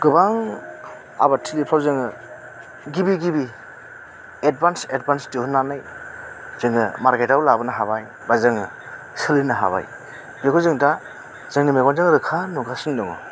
गोबां आबादथिलिफ्राव जोङो गिबि गिबि एडभानस एडभानस दिहुनानै जोङो मार्केटआव लाबोनो हाबाय बा जोङो सोलिनो हाबाय बेखौ जों दा जोंनि मेगनजों रोखा नुगासिनो दङ